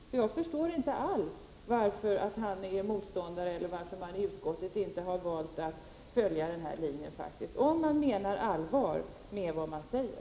Jag förstår inte alls varför han är motståndare till vår linje eller varför socialdemokraterna i utskottet har valt att inte följa den — om de menar allvar med vad de säger.